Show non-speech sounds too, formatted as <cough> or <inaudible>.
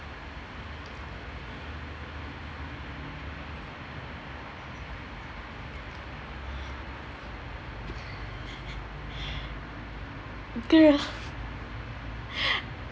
okay ah <breath>